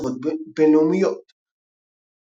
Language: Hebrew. תגובות בינלאומיות גרמניה גרמניה דובר משרד משרד